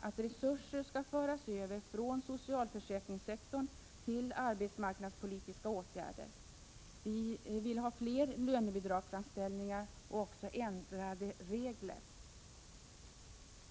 att resurser skall föras över från socialförsäkringssektorn till arbetsmarknadspolitiska åtgärder. Vi vill ha fler lönebidragsanställningar och också ändrade regler.